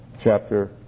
chapter